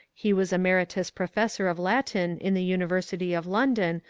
he was emeritus professor of latin in the university of london,